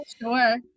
Sure